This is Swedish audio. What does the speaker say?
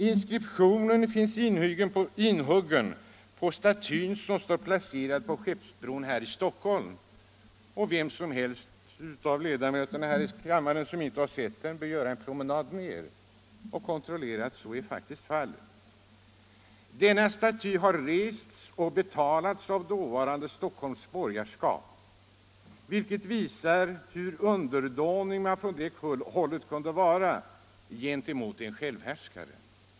Inskriptionen finns inhuggen på den staty som står placerad på Skeppsbron här i Stockholm, och de av kammarens ledamöter som inte har sett den bör göra en promenad dit ned och kontrollera att så faktiskt är fallet. Statyn har rests och betalts av dåvarande Stockholms borgerskap, vilket visar hur underdånig man från det hållet kunde vara gentemot en självhärskare.